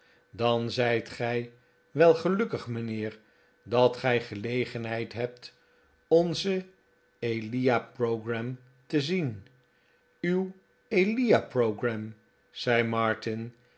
dan zijt gij wel gelukkig mijnheer dat gij gelegenheid hebt onzen elia pogram te zien uw eliapogram zei martin